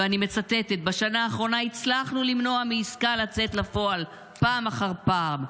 ואני מצטטת: "בשנה האחרונה הצלחנו למנוע מעסקה לצאת לפועל פעם אחר פעם".